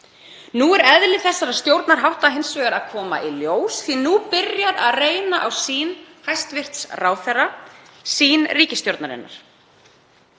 Nú er eðli þessara stjórnarhátta hins vegar að koma í ljós því nú byrjar að reyna á sýn hæstv. ráðherra, sýn ríkisstjórnarinnar.